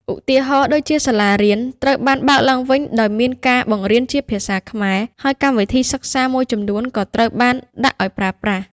ឧទាហរណ៍ ដូចជា សាលារៀនត្រូវបានបើកឡើងវិញដោយមានការបង្រៀនជាភាសាខ្មែរ ហើយកម្មវិធីសិក្សាមួយចំនួនក៏ត្រូវបានដាក់ឱ្យប្រើប្រាស់។